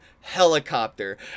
helicopter